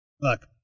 Look